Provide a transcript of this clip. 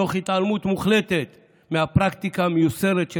תוך התעלמות מוחלטת מהפרקטיקה המיוסרת של